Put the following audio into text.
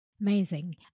Amazing